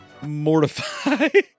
mortified